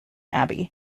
abbey